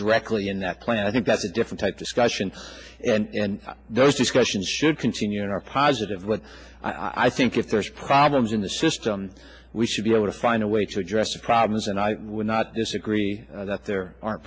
directly in that plan i think that's a different type discussion and those discussions should continue in our positive light i think if there's problems in the system we should be able to find a way to address the problems and i would not disagree that there are